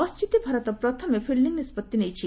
toss ଜିତି ଭାରତ ପ୍ରଥମେ fielding ନିଷ୍କଭି ନେଇଛି